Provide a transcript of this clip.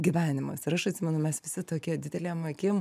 gyvenimas ir aš atsimenu mes visi tokie didelėm akim